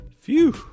phew